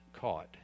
caught